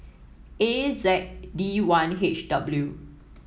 A Z D one H W